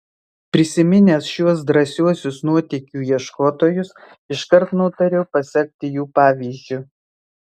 prisiminęs šiuos drąsiuosius nuotykių ieškotojus iškart nutariau pasekti jų pavyzdžiu